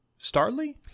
Starly